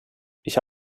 ich